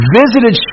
visited